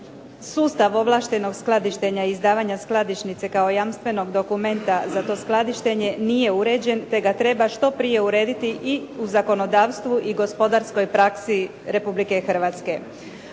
sustav ovlaštenog skladištenja i izdavanja skladišnice kao jamstvenog dokumenta za to skladištenje nije uređen te ga treba što prije urediti i u zakonodavstvu i gospodarskoj praksi Republike Hrvatske.